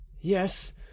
Yes